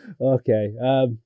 Okay